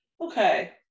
Okay